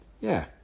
Yeah